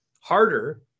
harder